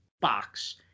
box